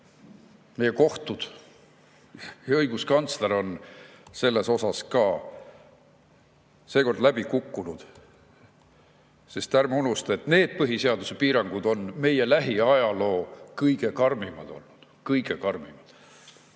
meie kohtud ja õiguskantsler on selles ka seekord läbi kukkunud, sest ärme unustame, et need põhiseaduse piirangud on olnud meie lähiajaloo kõige karmimad. Kõige karmimad.